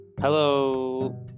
Hello